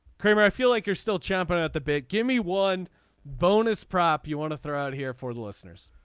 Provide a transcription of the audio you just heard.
kramer i feel like you're still champing at the bit. give me one bonus prop you want to throw out here for the listeners.